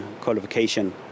qualification